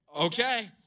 okay